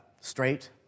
Straight